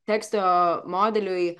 teksto modeliui